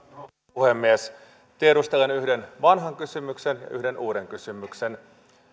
puhemies tiedustelen yhden vanhan kysymyksen ja yhden uuden kysymyksen